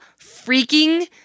freaking